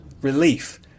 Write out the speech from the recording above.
relief